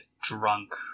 drunk